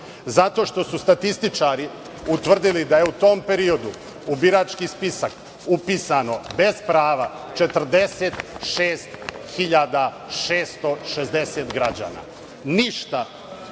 Zato što su statističari utvrdili da je u tom periodu u birački spisak upisano bez prava 46.660 građana. Ništa